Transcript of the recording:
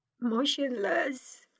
motionless